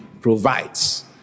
provides